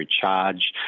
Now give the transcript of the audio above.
charge